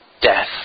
death